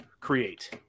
create